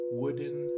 wooden